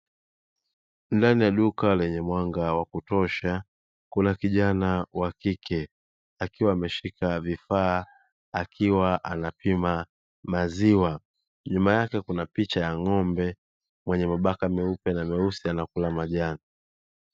Ndani ya duka lenye mwanga wa kutosha kuna kijana wa kike akiwa ameshika vifaa akiwa anapima maziwa, nyuma yake kuna picha ya ng'ombe mwenye mabaka meupe na meusi anakula majani.